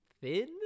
thin